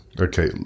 Okay